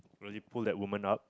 really pull that woman up